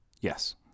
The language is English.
Yes